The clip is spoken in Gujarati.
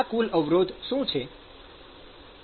આ કુલ અવરોધ શું છે